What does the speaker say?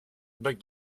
but